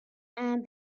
and